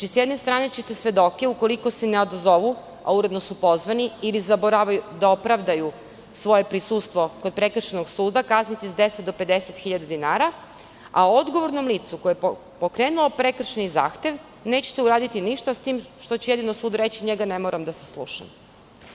S jedne strane ćete svedoke, ukoliko se ne odazovu, a uredno su pozvani ili zaborave da opravdaju svoje prisustvo kod prekršajnog suda, kazniti sa 10 do 50 hiljada dinara, a odgovornom licu koje je pokrenulo prekršajni zahtev nećete uraditi ništa, s tim što će sud reći – njega ne moram da saslušavam.